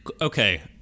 Okay